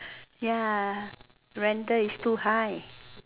ya rental is too high